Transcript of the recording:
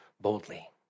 boldly